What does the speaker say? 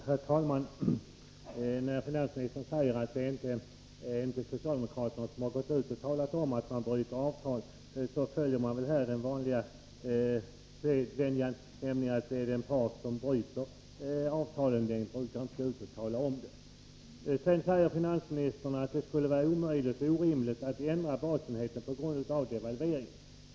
Herr talman! När finansministern säger att det inte är socialdemokraterna som har talat om att bryta avtal följer man väl den vanliga sedvänjan, nämligen att den part som bryter avtalet inte brukar gå ut och tala om det. Sedan säger finansministern att det skulle vara omöjligt och orimligt att ändra basenheten på grund av devalveringen.